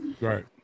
Right